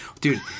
dude